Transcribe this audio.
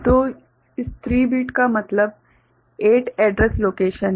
तो इस 3 बिट का मतलब 8 एड्रैस लोकेशन है